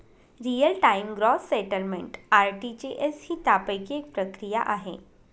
real time gross settlement RTGS ही त्यापैकी एक प्रक्रिया आहे